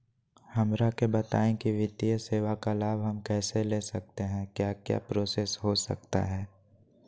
हमरा के बताइए की वित्तीय सेवा का लाभ हम कैसे ले सकते हैं क्या क्या प्रोसेस हो सकता है?